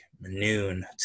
noon